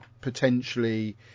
potentially